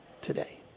today